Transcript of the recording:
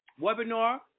webinar